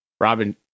Robin